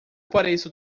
pareço